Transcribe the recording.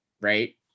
Right